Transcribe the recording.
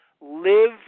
Live